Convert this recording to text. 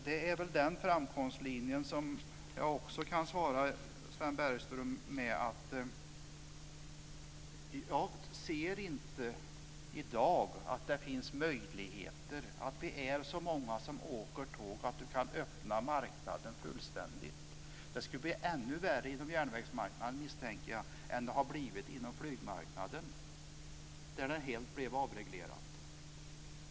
Jag ser inte att det i dag är så många som åker tåg att man kan öppna marknaden fullständigt. Det skulle bli ännu värre inom järnvägsmarknaden, misstänker jag, än vad det har blivit inom flygmarknaden som helt blev avreglerad.